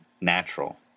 natural